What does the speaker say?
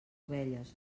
ovelles